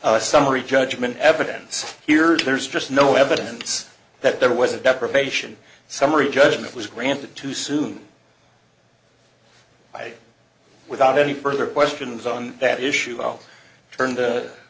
a summary judgment evidence here there's just no evidence that there was a deprivation summary judgment was granted too soon by without any further questions on that issue i'll turn t